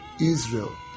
Israel